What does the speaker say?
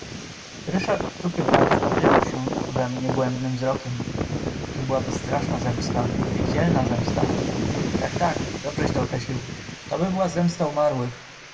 ryszard trupio blady wpatrywał się we mnie błędnym wzrokiem to byłaby straszna zemsta piekielna zemsta tak tak dobrześ to określił toby była zemsta umarłych